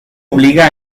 obliga